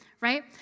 right